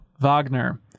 Wagner